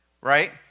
right